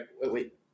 wait